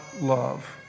love